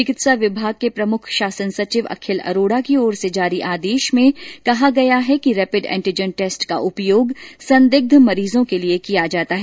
चिकित्सा विमाग के प्रमुख शासन सचिव अखिल अरोडा की ओर से जारी आदेश में कहा गया है कि रेपिड एन्टीजन टेस्ट का उपयोग संदिग्ध मरीजों के लिए किया जाएगा